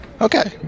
Okay